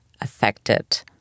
affected